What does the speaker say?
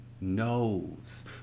knows